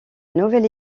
nouvel